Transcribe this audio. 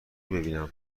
ببینم